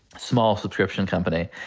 small subscription company,